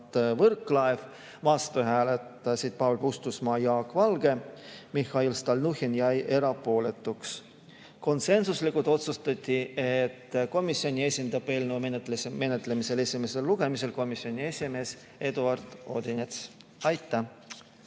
Võrklaev. Vastu hääletasid Paul Puustusmaa ja Jaak Valge. Mihhail Stalnuhhin jäi erapooletuks. Konsensuslikult otsustati, et komisjoni esindab eelnõu esimesel lugemisel komisjoni esimees Eduard Odinets. Aitäh!